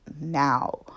now